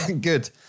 Good